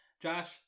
Josh